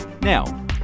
now